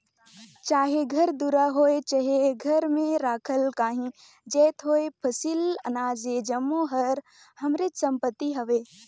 चाहे घर दुरा होए चहे घर में राखल काहीं जाएत होए फसिल, अनाज ए जम्मो हर हमरेच संपत्ति हवे